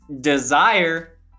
desire